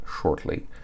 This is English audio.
shortly